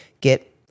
get